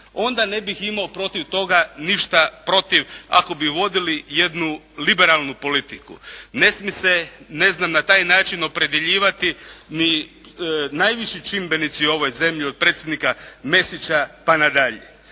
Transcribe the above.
onda ne bih imao protiv toga ništa protiv ako bi vodili jednu liberalnu politiku. Ne smije ne znam na taj način opredjeljivati ni najviši čimbenici u ovoj zemlji od predsjednika Mesića pa na dalje.